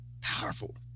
powerful